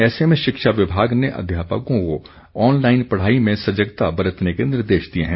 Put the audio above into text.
ऐसे में शिक्षा विभाग ने अध्यापकों को ऑनलाइन पढ़ाई में सजगता बरतने के निर्देश दिए हैं